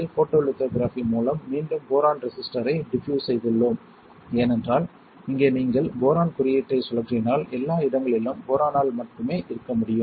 photolithography மூலம் மீண்டும் boron resistor ஐ டிபியூஸ் செய்துள்ளோம் ஏனென்றால் இங்கே நீங்கள் போரான் குறியீட்டை சுழற்றினால் எல்லா இடங்களிலும் போரானால் மட்டுமே இருக்க முடியும்